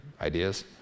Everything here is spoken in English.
ideas